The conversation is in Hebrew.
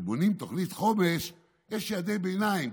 כשבונים תוכנית חומש יש יעדי ביניים,